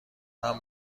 اونم